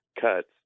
cuts